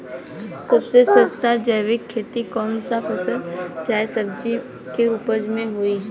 सबसे सस्ता जैविक खेती कौन सा फसल चाहे सब्जी के उपज मे होई?